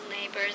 neighbors